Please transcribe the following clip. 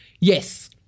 Yes